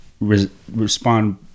respond